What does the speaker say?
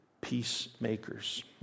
peacemakers